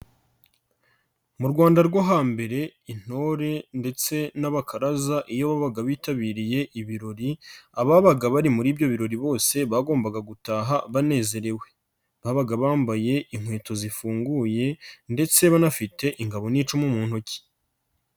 Mu Rwanda rwo hambere intore ndetse n'abakaraza iyo babaga bitabiriye ibirori ababaga bari muri ibyo birori bose bagombaga gutaha banezerewe, babaga bambaye inkweto zifunguye ndetse banafite ingabo n'icumu mu ntoki.